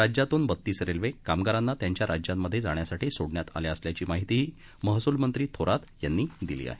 राज्यातून बत्तीस रेल्वे कामगारांना त्यांच्या राज्यांमधे जाण्यासाठी सोडण्यात आल्या असल्याची माहितीही महसूलमंत्री थोरात यांनी दिली आहे